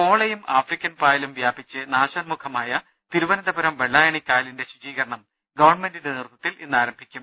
പോളയും African പായലും വ്യാപിച്ച് നാശോൻമുഖമായ തിരുവനന്തപുരം വെള്ളായണി കായലിന്റെ ശുചീകരണം ഗവൺമെന്റിന്റെ നേതൃത്വത്തിൽ ഇന്ന് ആരംഭിക്കും